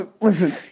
Listen